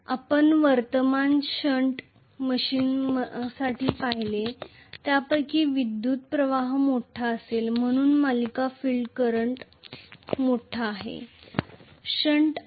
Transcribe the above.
आपण current shunt मशीनसाठी पाहिले त्यापेक्षा विद्युत् प्रवाह मोठा असेल म्हणून सिरीज फील्ड करंट शंट पेक्षा मोठा आहे